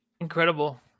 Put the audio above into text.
Incredible